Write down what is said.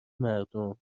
مردم